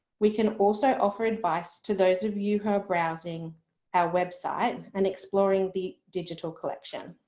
we can also offer advice to those of you who are browsing our website and exploring the digital collection.